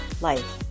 life